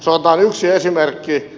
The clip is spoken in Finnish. sanotaan yksi esimerkki